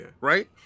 Right